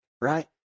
right